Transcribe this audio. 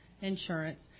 insurance